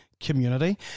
Community